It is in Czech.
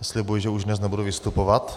Slibuji, že už dnes nebudu vystupovat.